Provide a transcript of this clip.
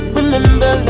Remember